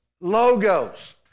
Logos